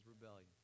rebellion